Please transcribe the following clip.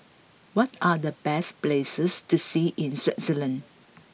what are the best places to see in Swaziland